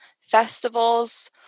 festivals